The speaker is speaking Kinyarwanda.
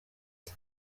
ati